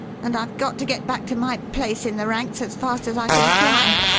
and i've got to get back to my place in the ranks as fast as i can fly.